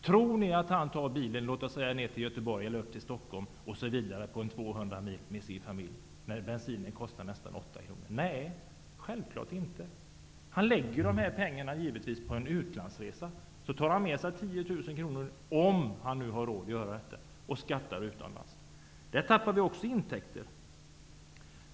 Tror ni att han med sin familj kör 200 mil exempelvis ner till Göteborg eller upp till Stockholm när bensinen kostar nästan 8 kr per liter? Nej, självfallet inte. Han lägger givetvis dessa pengar på en utlandsresa och tar med sig 10 000 kronor - om han nu har råd att göra det - och skattar utomlands. Därigenom tappar vi också intäkter.